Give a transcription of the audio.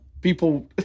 people